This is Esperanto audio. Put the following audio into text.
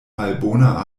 malbona